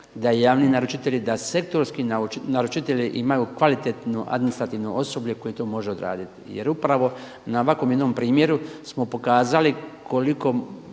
da javni naručitelji, da sektorski naručitelji imaju kvalitetno administrativno osoblje koje to može odraditi. Jer upravo na ovakvom jednom primjeru smo pokazali koliko